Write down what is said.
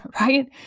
right